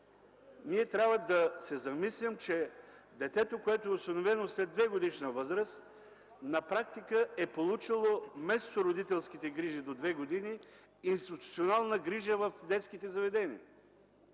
ние трябва да се замислим, че детето, което е осиновено след 2-годишна възраст, на практика е получило вместо родителските грижи до 2 години институционална грижа в детските заведения.